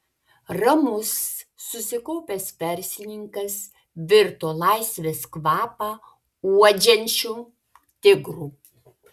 ramus susikaupęs verslininkas virto laisvės kvapą uodžiančiu tigru